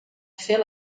fer